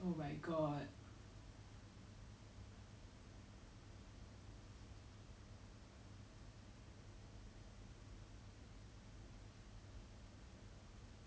even though they are private accounts they still have a large pool following it's not like or it's like me and my friends only like hundred two hundred people small account people won't lick their stuff then it's like